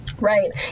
Right